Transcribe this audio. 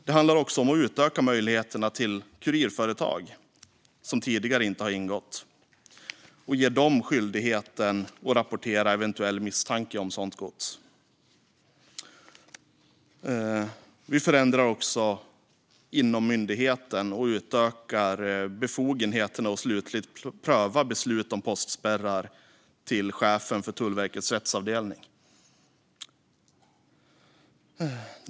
Det handlar också om att utöka möjligheterna till kurirföretag, som tidigare inte har ingått, och att ge dem skyldighet att rapportera eventuell misstanke om sådant gods. Vi förändrar även inom myndigheten och utökar befogenheterna att slutligt pröva beslut om postspärrar till chefen för Tullverkets rättsavdelning.